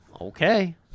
Okay